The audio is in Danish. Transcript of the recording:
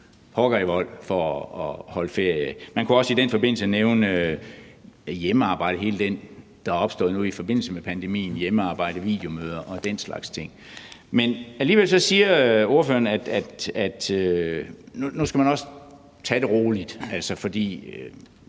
pokker i vold for at holde ferie. Man kunne også i den forbindelse nævne hjemmearbejde, alt det, der er opstået nu i forbindelse med pandemien, hjemmearbejde, videomøder og den slags ting. Alligevel siger ordføreren, at nu skal man også tage det roligt, for